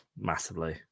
massively